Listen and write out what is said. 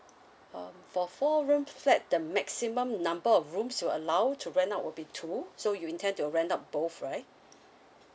um for four room flat the maximum number of rooms you're allowed to rent out will be two so you intend to rent out both right